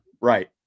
Right